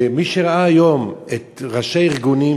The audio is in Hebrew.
מי שראה היום את ראשי הארגונים,